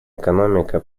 экономика